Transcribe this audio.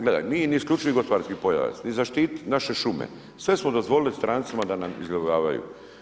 Gledaj, nije ni isključivi gospodarski pojas ni zaštititi naše šume, sve smo dozvolili strancima da nam izlovljavaju.